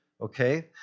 okay